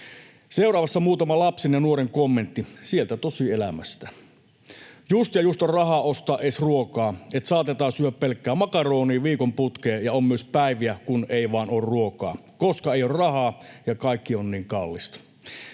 Seuraavassa muutama lapsen ja nuoren kommentti sieltä tosielämästä: ”Just ja just on rahaa ostaa ees ruokaa, et saatetaan syyä pelkkää makaroonii viikon putkee, ja on myös päiviä, kun ei vaan oo ruokaa, koska ei oo rahaa ja kaikki on niin kallista.